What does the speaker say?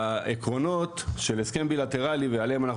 העקרונות של הסכם בילטרלי ועליהם אנחנו